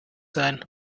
sein